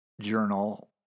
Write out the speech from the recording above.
journal